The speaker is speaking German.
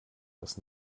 dass